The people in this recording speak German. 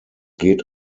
geht